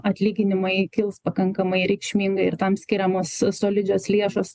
atlyginimai kils pakankamai reikšmingai ir tam skiriamos solidžios lėšos